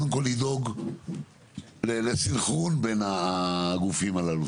לדאוג לסנכרון בין הגופים הללו.